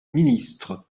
ministre